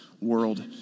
world